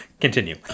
Continue